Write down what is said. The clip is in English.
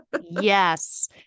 Yes